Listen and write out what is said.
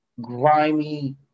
Grimy